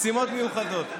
למשימות מיוחדות.